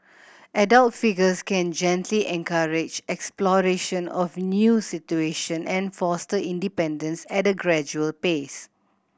adult figures can gently encourage exploration of new situation and foster independence at a gradual pace